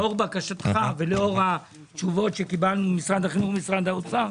לאור בקשתך ולאור התשובות שקיבלנו ממשרד החינוך וממשרד האוצר,